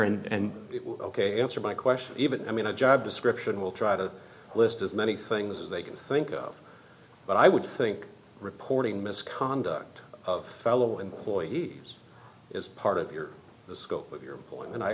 and ok answer my question even i mean a job description will try to list as many things as they can think of but i would think reporting misconduct of fellow employees is part of your the scope of your employ